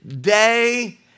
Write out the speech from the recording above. day